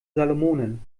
salomonen